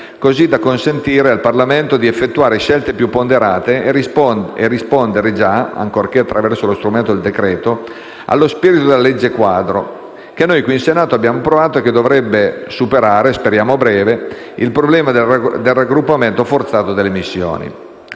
così da consentire al Parlamento di effettuare scelte più ponderate e rispondere già, ancorché attraverso lo strumento del decreto-legge, allo spirito della legge quadro che noi qui in Senato abbiamo approvato e che dovrebbe superare - speriamo a breve - il problema del raggruppamento forzato delle missioni.